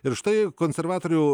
ir štai konservatorių